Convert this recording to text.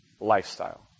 lifestyle